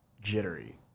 jittery